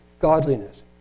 godliness